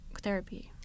therapy